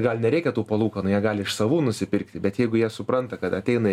gal nereikia tų palūkanų jie gali iš savų nusipirkti bet jeigu jie supranta kad ateina